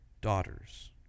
daughters